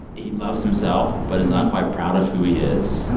he loves himself but is not quite proud of who he is.